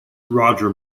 roger